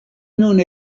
nun